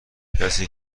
کسی